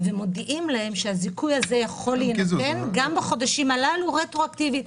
ומודיעים להם שהזיכוי הזה יכול להינתן גם בחודשים הללו רטרואקטיבית.